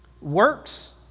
works